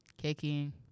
Kicking